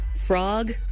frog